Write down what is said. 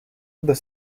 the